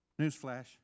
newsflash